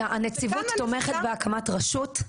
הנציבות תומכת בהקמת רשות?